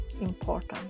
important